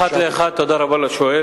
אחת לאחת, תודה רבה לשואל.